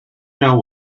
know